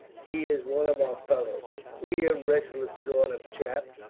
he is one of our fellows a queer, restless sort of chap,